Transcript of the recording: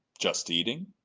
just eating?